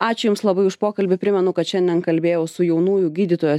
ačiū jums labai už pokalbį primenu kad šiandien kalbėjau su jaunųjų gydytojų